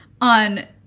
on